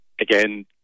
again